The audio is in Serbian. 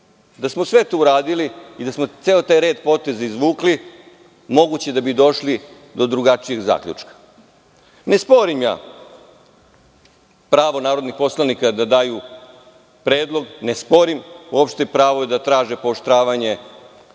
Da smo sve to uradili i da smo ceo taj red poteza izvukli, moguće je da bi došli do drugačijeg zaključka. Ne sporim ja pravo narodnih poslanika da daju predlog, ne sporim pravo da traže pooštravanje